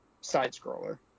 side-scroller